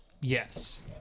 Yes